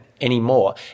anymore